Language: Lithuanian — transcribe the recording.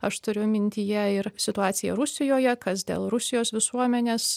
aš turiu mintyje ir situaciją rusijoje kas dėl rusijos visuomenės